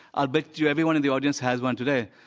i'll bet youeveryone in the audience has one today.